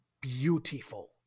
beautiful